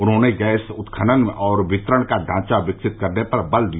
उन्होंने गैस उत्खनन और वितरण का ढांचा विकसित करने पर बल दिया